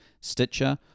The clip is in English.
Stitcher